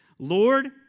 Lord